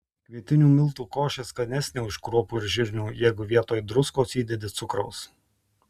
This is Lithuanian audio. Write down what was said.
kvietinių miltų košė skanesnė už kruopų ir žirnių jeigu vietoj druskos įdedi cukraus